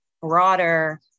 broader